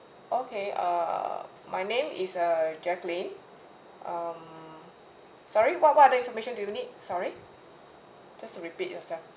okay uh my name is uh jacqueline um sorry what what are the information do you need sorry just to repeat yourself